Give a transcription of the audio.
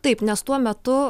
taip nes tuo metu